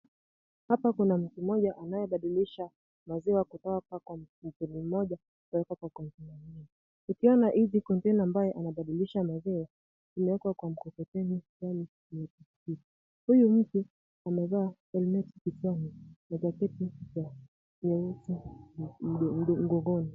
Hapa kuna mtu mmoja anayebadilisha maziwa kutoka kwa kontena moja kuweka kwa kontena nyingine. Ukiona hizi kontena ambayo anabadilisha maziwa zimewekwa kwa mkokoteni. Huyu mtu amevaa helmet kichwani na jaketi nyeusi mgongoni.